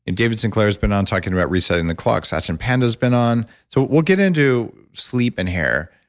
and david sinclair's been on talking about resetting the clock. satchin panda's been on so well, get into sleep and hair.